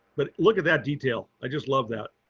but look at that detail. i just love that.